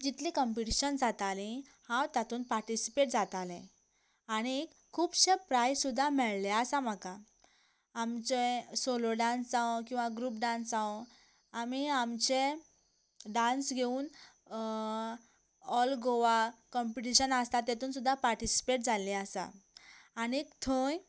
जितलीं competition जातालीं हांव तातूंत पार्टिसिपेट जातालें आनी खुबशे प्रायज सुद्दां मेळिल्ले आसात म्हाका आमचे सोलो डांस जावं किंवा ग्रूप डांस जावं आमी आमचे डांस घेवन ऑल गोवा कंम्पिटिशन आसता तातूंत सुद्दां पार्टिसिपेट जाल्लीं आसा आनी थंय